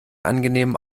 angenehmen